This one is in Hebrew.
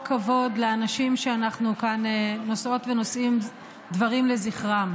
כבוד לאנשים שאנחנו נושאות ונושאים כאן דברים לזכרם?